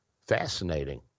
Fascinating